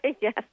yes